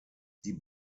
die